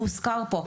והוזכר פה,